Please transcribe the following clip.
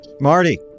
Marty